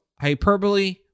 hyperbole